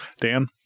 Dan